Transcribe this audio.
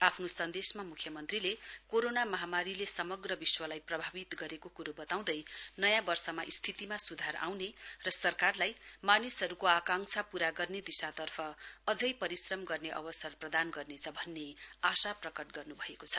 आफ्नो सन्देशमा मुख्यमन्त्रीले कोरोना महामारीले समग्र विश्वलाई प्रभावित गरेको क्रो बताउँदै नयाँ वर्षमा स्थितिमा सुधार आउने र सरकारलाई मानिसहरूको आकांक्षा पूरा गर्ने दिशातर्फ अझै परिश्रम गर्ने अवसर प्रदान गर्नेछ भन्ने आशा प्रकट गर्नुभएको छ